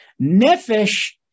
Nefesh